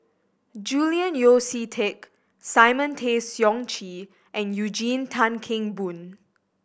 Julian Yeo See Teck Simon Tay Seong Chee and Eugene Tan Kheng Boon